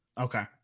Okay